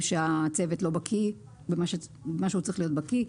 שהצוות לא בקי במה שהוא צריך להיות בקי,